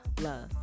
love